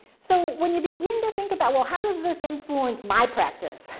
so when you begin to think about, well, how does this influence my practice,